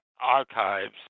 archives